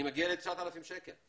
אני מגיע ל-9,000 שקל.